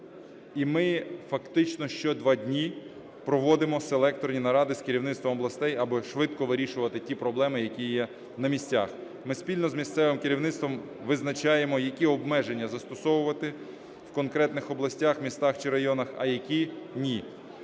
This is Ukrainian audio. І ми фактично що два дні проводимо селекторні наради з керівництвом областей, аби швидко вирішувати ті проблеми, які є на місцях. Ми спільно з місцевим керівництвом визначаємо, які обмеження застосовувати в конкретних областях, містах чи районах, а які - ні.